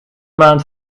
maand